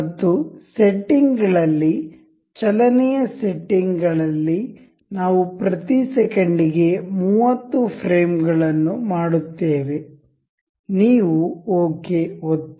ಮತ್ತು ಸೆಟ್ಟಿಂಗ್ ಗಳಲ್ಲಿ ಚಲನೆಯ ಸೆಟ್ಟಿಂಗ್ ಗಳಲ್ಲಿ ನಾವು ಪ್ರತಿ ಸೆಕೆಂಡಿಗೆ 30 ಫ್ರೇಮ್ ಗಳನ್ನು ಮಾಡುತ್ತೇವೆ ನೀವು ಓಕೆ ಒತ್ತಿ